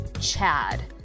chad